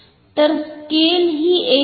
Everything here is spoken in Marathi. तर स्केल ही एकसमान आहे